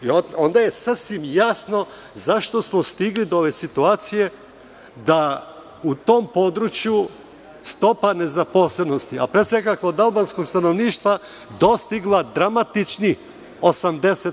Onda je sasvim jasno zašto smo stigli do ove situacije da u tom području stopa nezaposlenosti, a pre svega kod Albanskog stanovništva dostigla dramatični 80%